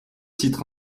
titres